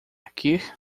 aqui